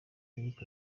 eric